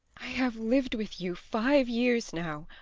i have lived with you five years now,